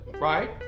right